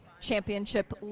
championship